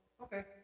Okay